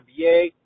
NBA